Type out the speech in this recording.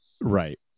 right